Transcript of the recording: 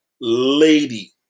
lady